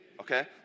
Okay